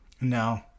no